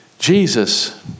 Jesus